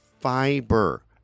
fiber